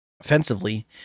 offensively